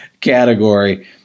category